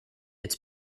its